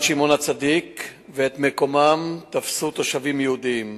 שמעון הצדיק ואת מקומן תפסו תושבים יהודים.